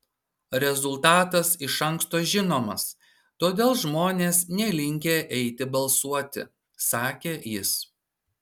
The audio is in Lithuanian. rezultatas iš anksto žinomas todėl žmonės nelinkę eiti balsuoti sakė jis